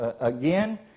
again